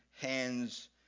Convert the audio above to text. hands